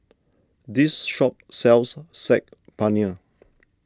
this shop sells Saag Paneer